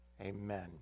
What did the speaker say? Amen